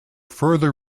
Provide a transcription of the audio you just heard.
further